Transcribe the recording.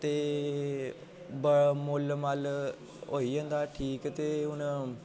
ते बा मु'ल्ल मल होई जन्दा ठीक ते हून